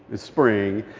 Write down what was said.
it's spring.